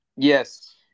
Yes